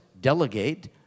delegate